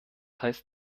heißt